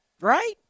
Right